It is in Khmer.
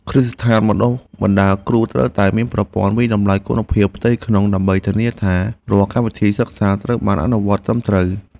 គ្រឹះស្ថានបណ្តុះបណ្តាលគ្រូត្រូវតែមានប្រព័ន្ធវាយតម្លៃគុណភាពផ្ទៃក្នុងដើម្បីធានាថារាល់កម្មវិធីសិក្សាត្រូវបានអនុវត្តត្រឹមត្រូវ។